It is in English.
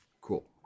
Cool